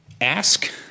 Ask